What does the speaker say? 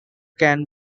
can